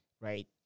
right